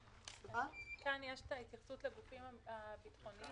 כאן יש התייחסות לגופים הביטחוניים.